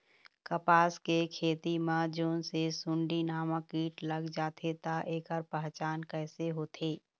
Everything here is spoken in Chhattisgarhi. कपास के खेती मा जोन ये सुंडी नामक कीट लग जाथे ता ऐकर पहचान कैसे होथे?